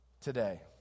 today